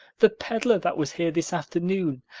the peddler that was here this afternoon.